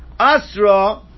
Asra